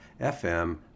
FM